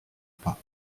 pas